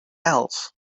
else